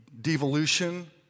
devolution